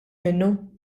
minnu